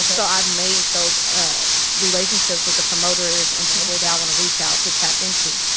um so i've made those ah relationships with the promoters and people that i wanna reach out to tap into.